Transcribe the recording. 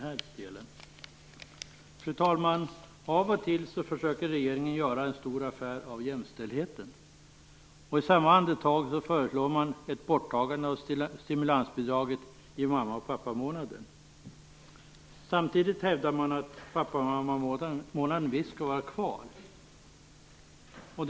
Fru talman! Av och till försöker regeringen göra en stor affär av jämställdheten. I samma andetag föreslår man ett borttagande av stimulansbidraget i mamma och pappamånaden. Samtidigt hävdar man att pappa och mammamånaden visst skall vara kvar.